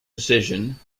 decision